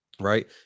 Right